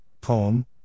poem